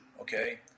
Okay